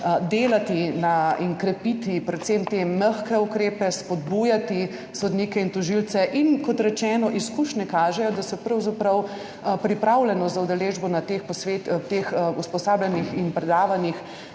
delati in krepiti predvsem te mehke ukrepe, spodbujati sodnike in tožilce. Kot rečeno, izkušnje kažejo, da se pravzaprav pripravljenost za udeležbo na teh posvetih, teh usposabljanjih in predavanjih